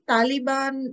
Taliban